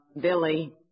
Billy